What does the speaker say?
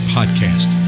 Podcast